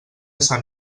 sant